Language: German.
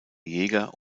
jäger